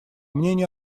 мнению